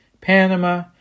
Panama